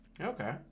Okay